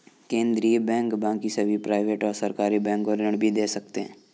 केन्द्रीय बैंक बाकी सभी प्राइवेट और सरकारी बैंक को ऋण भी दे सकते हैं